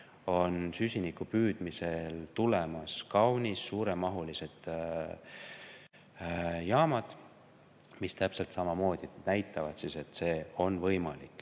on süsiniku püüdmiseks tulemas kaunis suuremahulised jaamad, mis täpselt samamoodi näitavad, et see on võimalik.